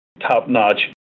top-notch